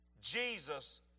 Jesus